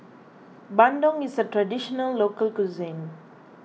Bandung is a Traditional Local Cuisine